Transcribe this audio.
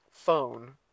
phone